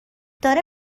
داره